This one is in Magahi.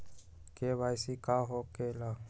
के.वाई.सी का हो के ला?